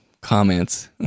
comments